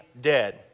dead